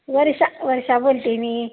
वर्षा वर्षा बोलते आहे मी